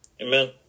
Amen